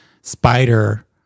spider